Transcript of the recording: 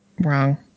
Wrong